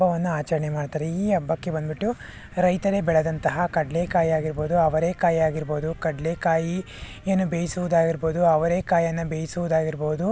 ಹಬ್ಬವನ್ನು ಆಚರಣೆ ಮಾಡ್ತಾರೆ ಈ ಹಬ್ಬಕ್ಕೆ ಬಂದ್ಬಿಟ್ಟು ರೈತರೇ ಬೆಳೆದಂತಹ ಕಡಲೇಕಾಯಿ ಆಗಿರ್ಬೋದು ಅವರೆಕಾಯಿ ಆಗಿರ್ಬೋದು ಕಡಲೇ ಕಾಯಿ ಏನು ಬೇಯಿಸೋದು ಆಗಿರ್ಬೋದು ಅವರೆಕಾಯಿಯನ್ನು ಬೇಯಿಸುವುದಾಗಿರ್ಬೋದು